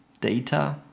data